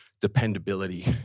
dependability